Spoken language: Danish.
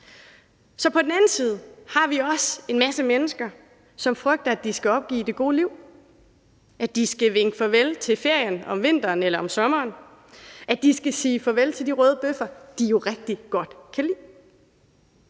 Så på den anden side har vi også en masse mennesker, som frygter, at de skal opgive det gode liv, at de skal vinke farvel til ferien om vinteren eller om sommeren, at de skal sige farvel til de røde bøffer, de jo rigtig godt kan lide.